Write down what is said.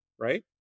Right